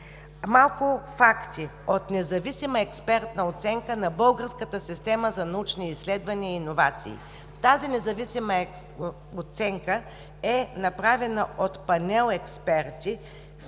Малко факти от независима експертна оценка на българската система за научни изследвания и иновации. Тази независима оценка е направена от панел експерти